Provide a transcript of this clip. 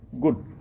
good